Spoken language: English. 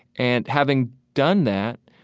and, having done that,